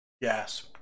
Yes